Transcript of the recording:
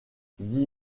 dix